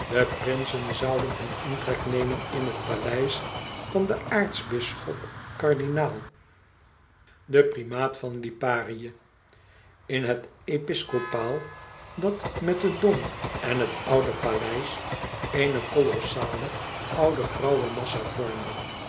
de prinsen zouden hun intrek nemen in het paleis van den aartsbisschop kardinaal den primaat van liparië in het episcopaal dat met den dom en het oude paleis éene kolossale oude grauwe massa vormde